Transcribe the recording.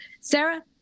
Sarah